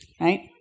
Right